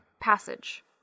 Passage